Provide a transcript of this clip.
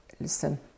Listen